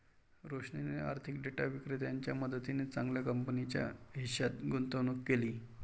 रोशनीने आर्थिक डेटा विक्रेत्याच्या मदतीने चांगल्या कंपनीच्या हिश्श्यात गुंतवणूक केली